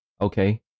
okay